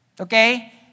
Okay